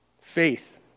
Faith